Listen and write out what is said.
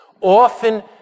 often